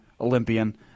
Olympian